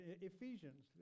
Ephesians